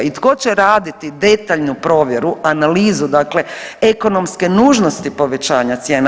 I tko će raditi detaljnu provjeru, analizu dakle ekonomske nužnosti povećanja cijena.